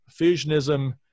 fusionism